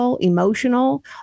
emotional